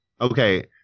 Okay